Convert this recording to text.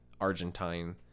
Argentine